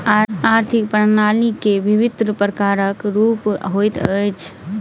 आर्थिक प्रणाली के विभिन्न प्रकारक रूप होइत अछि